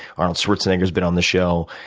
arnold schwarzenegger has been on the show.